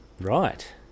Right